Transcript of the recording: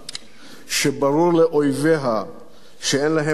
שברור לאויביה שאין להם כל אופציה,